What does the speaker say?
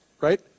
right